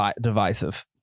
divisive